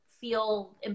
feel